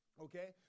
okay